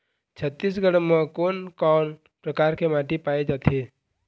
छत्तीसगढ़ म कोन कौन प्रकार के माटी पाए जाथे?